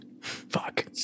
Fuck